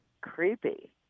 creepy